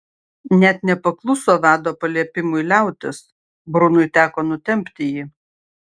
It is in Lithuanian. net nepakluso vado paliepimui liautis brunui teko nutempti jį